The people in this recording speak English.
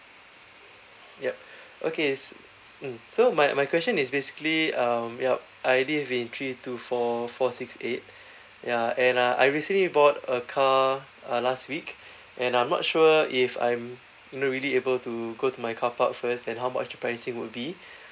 yup okay mm so my my question is basically um yup I_D will be three two four four six eight ya and uh I recently bought a car uh last week and I'm not sure if I'm you know really able to go to my car park first and how much the pricing would be